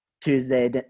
Tuesday